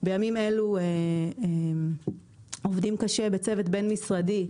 בימים אלו אנחנו עובדים קשה בצוות בין משרדי,